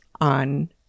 on